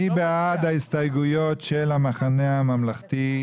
מי בעד ההסתייגויות של המחנה הממלכתי?